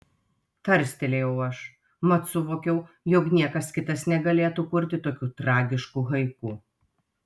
tarstelėjau aš mat suvokiau jog niekas kitas negalėtų kurti tokių tragiškų haiku